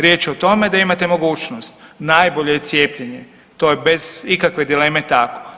Riječ je o tome da imate mogućnost, najbolje je cijepljenje to je bez ikakve dileme tako.